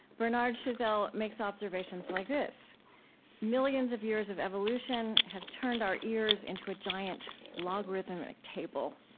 bernard chazelle makes observations like this millions of years of evolution have turned our ears into a giant logarithmic table.